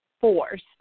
forced